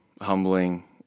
humbling